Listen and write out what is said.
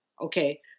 Okay